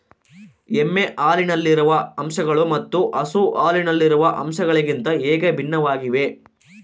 ಎಮ್ಮೆ ಹಾಲಿನಲ್ಲಿರುವ ಅಂಶಗಳು ಮತ್ತು ಹಸು ಹಾಲಿನಲ್ಲಿರುವ ಅಂಶಗಳಿಗಿಂತ ಹೇಗೆ ಭಿನ್ನವಾಗಿವೆ?